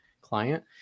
client